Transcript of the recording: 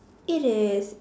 it is